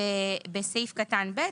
בסעיף קטן (ב),